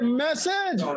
message